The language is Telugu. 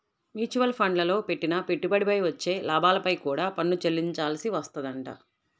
మ్యూచువల్ ఫండ్లల్లో పెట్టిన పెట్టుబడిపై వచ్చే లాభాలపై కూడా పన్ను చెల్లించాల్సి వత్తదంట